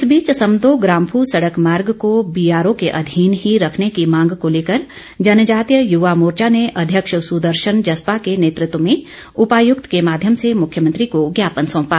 इस बीच समदो ग्राम्फू सड़क मार्ग को बीआरओ के अधीन ही रखने की मांग को लेकर जनजातीय युवा मोर्चा ने अध्यक्ष सुदर्शन जसपा के नेतृत्व में उपायुक्त के माध्यम से मुख्यमंत्री को ज्ञापन सौंपा